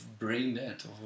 braindead